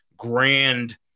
grand